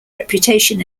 reputation